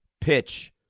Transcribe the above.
pitch